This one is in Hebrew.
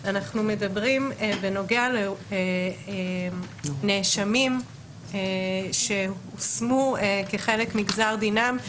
אנחנו מדברים בנוגע לנאשמים שהושמו כחלק מגזר דינם,